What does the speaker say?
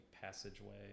Passageway